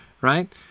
right